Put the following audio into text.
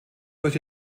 durch